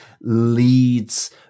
leads